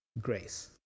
grace